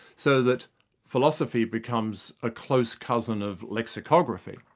so that philosophy becomes a close cousin of lexicography.